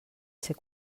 ser